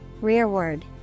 Rearward